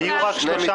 היו רק שלושה